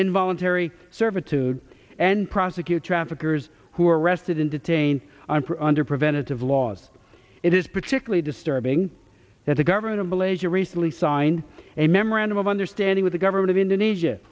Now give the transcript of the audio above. involuntary servitude and prosecute traffickers who are arrested and detained under preventative laws it is particularly disturbing that the government of malaysia recently signed a memorandum of understanding with the government of indonesia